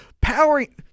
powering